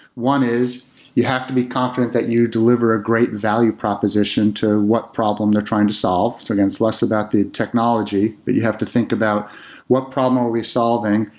one is you have to be confident that you deliver a great value proposition to what problem they're trying to solve. again, it's less about the technology, but you have to think about what problem are we solving?